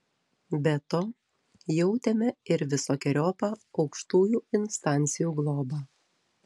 be to jautėme ir visokeriopą aukštųjų instancijų globą